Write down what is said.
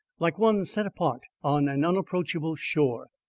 like one set apart on an unapproachable shore,